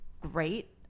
great